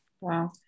wow